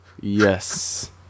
Yes